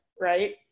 right